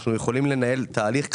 אנחנו יכולים לנהל תהליך כזה,